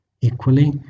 Equally